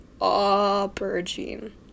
Aubergine